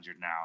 now